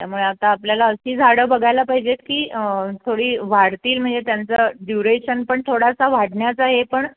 त्यामुळे आता आपल्याला अशी झाडं बघायला पाहिजेत की थोडी वाढतील म्हणजे त्यांचं ड्युरेशन पण थोडासा वाढण्याचा हे पण